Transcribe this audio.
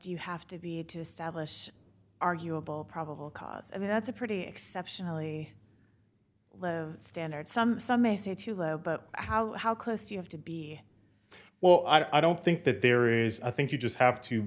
establish arguable probable cause i mean that's a pretty exceptionally low standard some some may say too low but how how close you have to be well i don't think that there is i think you just have to